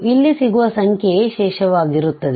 ಇಲ್ಲಿ ಸಿಗುವ ಸಂಖ್ಯೆಯೇ ಶೇಷವಾಗಿರುತ್ತದೆ